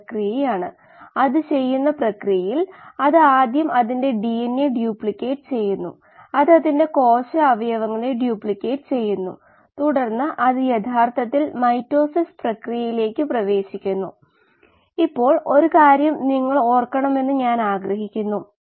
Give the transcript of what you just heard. വിശകലനം ചെയ്യാൻ ഞാൻ ഒരു ലളിതമായ കേസ് എടുക്കുകയാണ് വിശകലനം കൂടുതൽ സങ്കീർണ്ണമാണ് എങ്കിലും നിങ്ങൾക്ക് എക്സ്പ്രഷനുകൾ നേടാനും അവ പരിഹരിക്കാനും പിന്നീട്കഴിയും